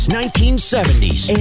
1970s